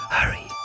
Hurry